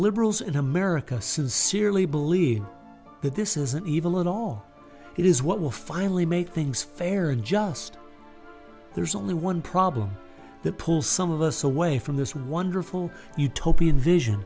liberals in america sincerely believe that this isn't evil at all it is what will finally make things fair and just there's only one problem that pulls some of us away from this wonderful utopian vision